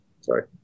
sorry